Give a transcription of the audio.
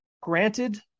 Granted